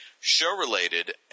show-related